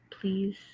Please